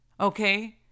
okay